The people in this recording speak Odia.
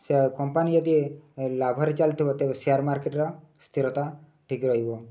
ସେ କମ୍ପାନୀ ଯଦି ଲାଭରେ ଚାଲିଥିବ ତେବେ ସେୟାର୍ ମାର୍କେଟ୍ର ସ୍ଥିରତା ଠିକ୍ ରହିବ